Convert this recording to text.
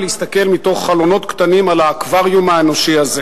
להסתכל מתוך חלונות קטנים על האקווריום האנושי הזה.